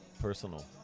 Personal